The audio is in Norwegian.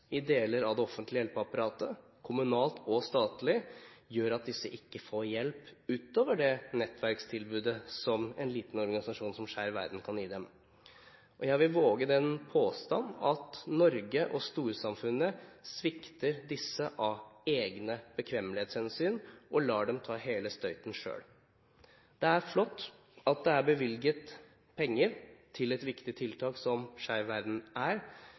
i deler av det offentlige hjelpeapparatet, det kommunale og det statlige, gjør at disse ikke får hjelp utover det nettverkstilbudet som en liten organisasjon som Skeiv Verden kan gi dem. Jeg vil våge den påstand at Norge og storsamfunnet svikter disse av egne bekvemmelighetshensyn og lar dem ta hele støyten selv. Det er flott at det er bevilget penger til et så viktig tiltak som Skeiv Verden er,